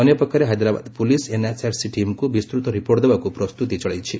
ଅନ୍ୟପକ୍ଷରେ Hyderabad police NHRC ଟିମ୍କୁ ବିସ୍ତୃତ ରିପୋର୍ଟ ଦେବାକୁ ପ୍ରସ୍ତୁତି ଚଳେଇଛି